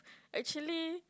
actually